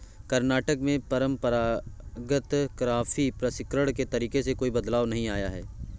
कर्नाटक में परंपरागत कॉफी प्रसंस्करण के तरीके में कोई बदलाव नहीं आया है